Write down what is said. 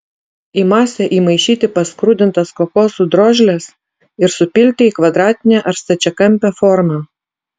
į masę įmaišyti paskrudintas kokosų drožles ir supilti į kvadratinę ar stačiakampę formą